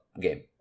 game